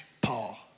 Paul